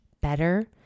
better